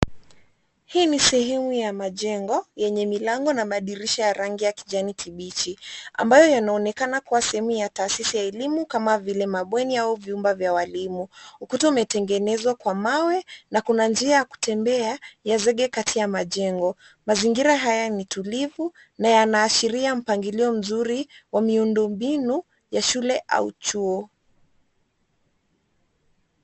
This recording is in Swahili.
Hii ni sehemu ya majengo, yenye milango na madirisha ya rangi ya kijani kibiji. Ambayo yanaonekana kuwa sehemu ya taasisi ya elimu kama zile mabweni au vyumba vya walimu. Ukuta umetengenezwa kwa mawe na kuna njia ya kutembea ya zege kati ya majengo. Mazingira haya ni tulivu na yanaashiria mpangilio mzuri wa miundombinu ya shule au chuo.